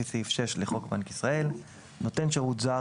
סעיף 6 לחוק בנק ישראל; "נותן שירות זר"